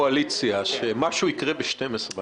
אמונה תפלה של פרטים בקואליציה שמשהו יקרה ב-24:00 בלילה.